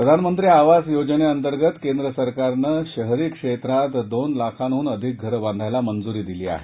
प्रधानमंत्री आवास योजने अंतर्गत केंद्र सरकारने शहरी क्षेत्रात दोन लाखांहन अधिक घरं बांधायला मंजूरी दिली आहे